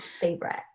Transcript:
favorite